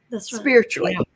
spiritually